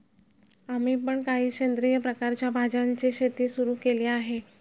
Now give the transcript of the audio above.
आम्ही पण काही सेंद्रिय प्रकारच्या भाज्यांची शेती सुरू केली आहे